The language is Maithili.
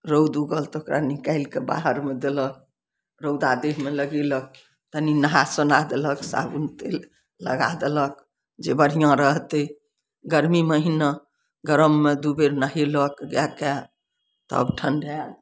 रौद उगल तऽ ओकरा निकालिके बाहरमे देलक रौदा देहमे लगेलक तनी नाहा सोना देलक साबुन तेल लगा देलक जे बढ़िऑं रहतै गर्मी महिना गरम मे नहेलक दू बेर गाय के तब ठण्डाएल